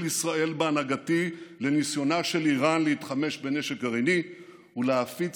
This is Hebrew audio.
ישראל בהנהגתי לניסיונה של איראן להתחמש בנשק גרעיני ולהפיץ